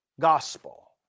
gospel